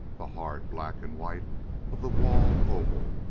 the hard black and white of the walled oval,